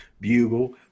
bugle